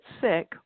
sick